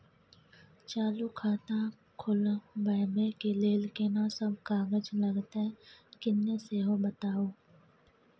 चालू खाता खोलवैबे के लेल केना सब कागज लगतै किन्ने सेहो बताऊ?